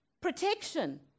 protection